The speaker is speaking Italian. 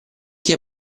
che